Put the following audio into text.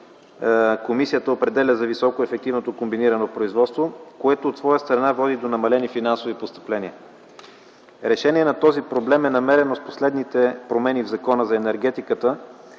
комисията определя за високоефективното комбинирано производство, което от своя страна води до намалени финансови постъпления. Решение на този проблем е намерено с последните промени в Закона за енергетиката,